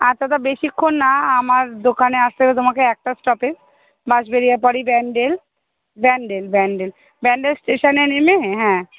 আচ্ছা তো বেশিক্ষণ না আমার দোকানে আসতে হবে তোমাকে একটা স্টপের বাঁশবেড়িয়ার পরেই ব্যান্ডেল ব্যান্ডেল ব্যান্ডেল ব্যান্ডেল স্টেশানে নেমে হ্যাঁ